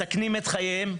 מסכנים את חייהם,